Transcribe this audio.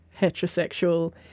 heterosexual